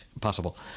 possible